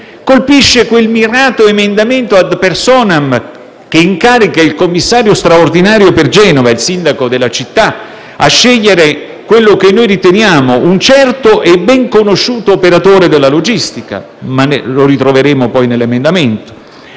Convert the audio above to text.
Colpisce poi quel mirato emendamento *ad personam*, che incarica il commissario straordinario per Genova, il sindaco della città, a scegliere quello che riteniamo un certo e ben conosciuto operatore della logistica (lo ritroveremo poi nell'emendamento).